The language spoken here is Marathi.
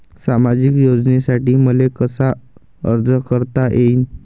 सामाजिक योजनेसाठी मले कसा अर्ज करता येईन?